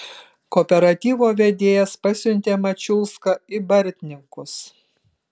kooperatyvo vedėjas pasiuntė mačiulską į bartninkus